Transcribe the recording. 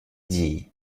dit